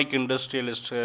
industrialist